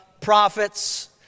prophets